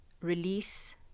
Release